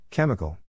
Chemical